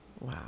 Wow